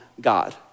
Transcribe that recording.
God